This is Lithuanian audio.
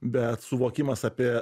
bet suvokimas apie